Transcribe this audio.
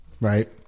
Right